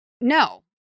no